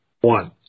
one